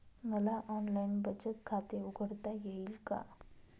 मला ऑनलाइन बचत खाते उघडता येईल का?